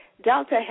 Delta